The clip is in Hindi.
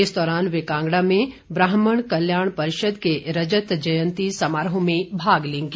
इस दौरान वे कांगड़ा में ब्राहम्ण कल्याण परिषद के रजत जयंती समारोह में भाग लेंगे